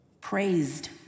Praised